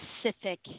specific